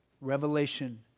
revelation